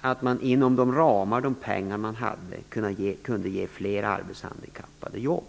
att man för de pengar man hade kunde ge fler arbetshandikappade jobb.